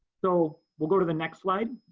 so we'll go to the next slide.